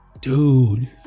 Dude